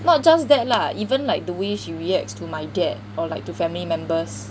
not just that lah even like the way she reacts to my dad or like to family members